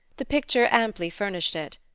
the picture amply furnished it.